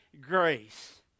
grace